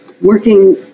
working